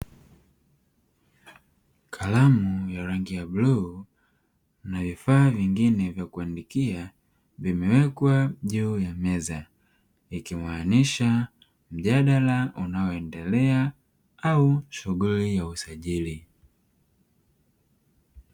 Kalamu ya rangi ya bluu na vifaa vingine vya kuandikia vimewekwa juu ya meza, ikimaanisha mjadala unaoendelea au shughuli ya usajili.